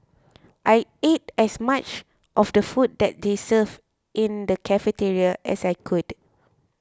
I ate as much of the food that they served in the cafeteria as I could